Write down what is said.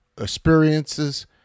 experiences